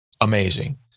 amazing